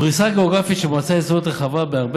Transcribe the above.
פריסה גיאוגרפית של מועצה אזורית רחבה בהרבה